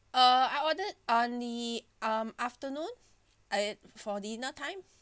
uh I ordered on the um afternoon uh for dinner time